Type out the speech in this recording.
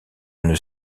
une